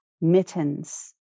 mittens